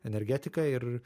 energetika ir